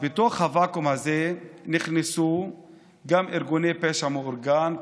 לתוך הוואקום הזה נכנסו גם ארגוני פשע מאורגן,